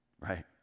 right